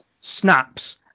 snaps